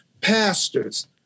pastors